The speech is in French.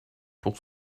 pour